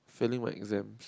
failing what exams